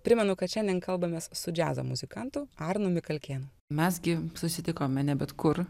primenu kad šiandien kalbamės su džiazo muzikantu arnu mikalkėnu mes gi susitikome ne bet kur